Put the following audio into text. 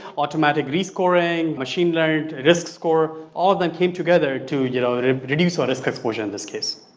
automatic rescoring, machined learned risk score, all of them came together to you know and ah but reduce the ah risk exposure in this case.